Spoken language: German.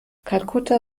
kalkutta